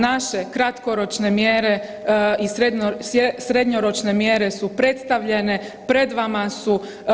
Naše kratkoročne mjere i srednjoročne mjere su predstavljene, pred vama su.